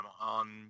on